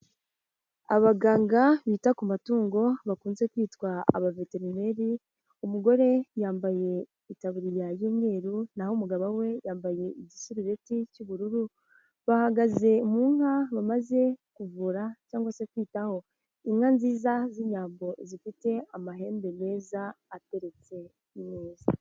Abaganga bita ku matungo bakunze kwitwa abaveterineri, umugore yambaye itaburiya y'umweru n'aho umugabo we yambaye igisuti cy'ubururu, bahagaze mu nka bamaze kuvura cyangwa se kwitaho, inka nziza z'inyambo zifite amahembe meza ateretse neza.